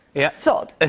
yeah sold. ah